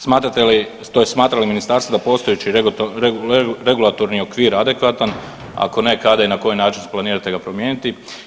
Smatrate li tj. smatra li Ministarstvo da je postojeći regulatorni okvir adekvatan, ako ne kada i na koji način planirate ga promijeniti?